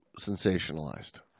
sensationalized